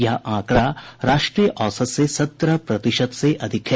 यह आंकड़ा राष्ट्रीय औसत से सत्रह प्रतिशत से अधिक है